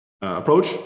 approach